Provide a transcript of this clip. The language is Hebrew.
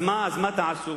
אז מה תעשו?